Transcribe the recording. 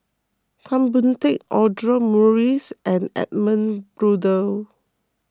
Tan Boon Teik Audra Morrice and Edmund Blundell